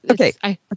okay